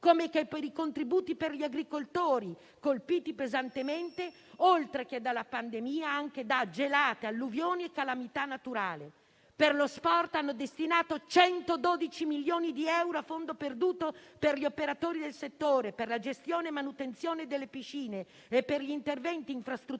come per i contributi per i nostri agricoltori, colpiti pesantemente, oltre che dalla pandemia, anche da gelate, alluvioni e calamità naturali. Per lo sport abbiamo destinato 112 milioni di euro a fondo perduto per gli operatori del settore, per la gestione e manutenzione delle piscine e per gli interventi infrastrutturali